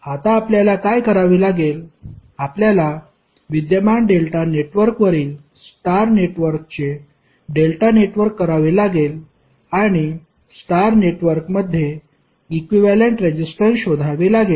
आता आपल्याला काय करावे लागेल आपल्याला विद्यमान डेल्टा नेटवर्कवरील स्टार नेटवर्कचे डेल्टा नेटवर्क करावे लागेल आणि स्टार नेटवर्कमध्ये इक्विव्हॅलेंट रेजिस्टन्स शोधावे लागेल